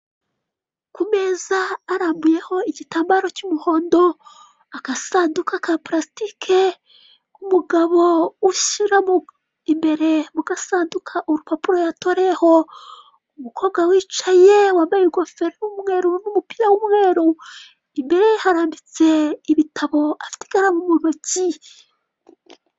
Ku meza arambuyeho igitamabaro cy'umuhondo, agasanduka ka purasitike n'umugabo ushyiramo imbere mu gasanduka urupapuro yatoreyeho. Umukobwa wicaye wambaye ingofero y'umweru n'umupira w'umweru imbere ye harambitse ibitabo afite ikaramu mu ntoki.